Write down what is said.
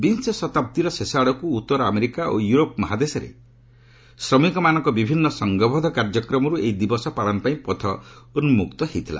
ବିଂଶ ଶତାବ୍ଦୀର ଶେଷ ଆଡ଼କୁ ଉତ୍ତର ଆମେରିକା ଓ ୟୁରୋପ ମହାଦେଶରେ ଶ୍ରମିକମାନଙ୍କ ବିଭିନ୍ନ ସଂଘବଦ୍ଧ କାର୍ଯ୍ୟକ୍ରମରୁ ଏହି ଦିବସ ପାଳନ ପାଇଁ ପଥ ଉନ୍କୁକ୍ତ ହୋଇଥିଲା